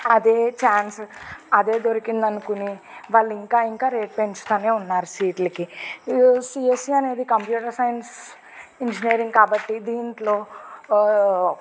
అదే ఛాన్స్ అదే దొరికింది అనుకుని వాళ్ళు ఇంకా ఇంకా రేట్ పెంచుతానే ఉన్నారు సీట్లకి సిఎస్ఈ అనేది కంప్యూటర్ సైన్స్ ఇంజనీరింగ్ కాబట్టి దీంట్లో ఆ